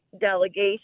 delegation